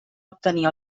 obtenir